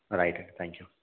right అండి thank you